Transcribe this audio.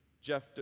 Jeff